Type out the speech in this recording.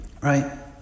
right